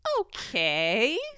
Okay